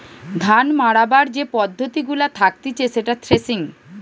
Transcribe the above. ধান মাড়াবার যে পদ্ধতি গুলা থাকতিছে সেটা থ্রেসিং